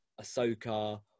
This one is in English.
Ahsoka